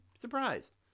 surprised